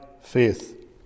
faith